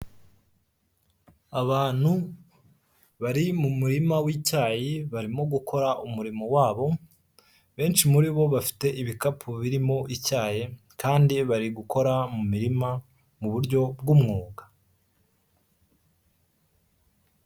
Abantu bari mu murima wi'icyayi barimo gukora umurimo wabo benshi muri bo bafite ibikapu birimo icyayi kandi bari gukora mu mirima mu buryo bw'umwuga.